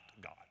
God